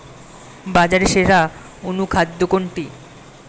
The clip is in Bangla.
বাজারে সেরা অনুখাদ্য কোনটি?